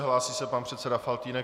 Hlásí se pan předseda Faltýnek.